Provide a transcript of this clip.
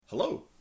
Hello